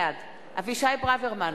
בעד אבישי ברוורמן,